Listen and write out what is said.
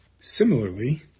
Similarly